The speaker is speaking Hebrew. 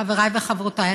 חבריי וחברותיי,